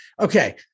okay